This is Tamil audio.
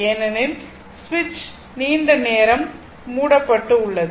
ஏனெனில் சுவிட்ச் நீண்ட நேரம் மூடப்பட்டது